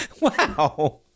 Wow